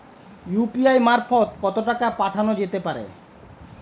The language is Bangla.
ইউ.পি.আই মারফত কত টাকা পাঠানো যেতে পারে?